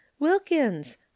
wilkins